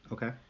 Okay